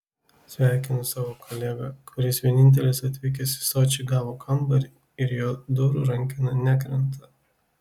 sveikinu savo kolegą kuris vienintelis atvykęs į sočį gavo kambarį ir jo durų rankena nekrenta